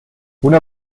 una